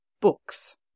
Books